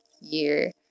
year